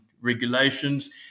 regulations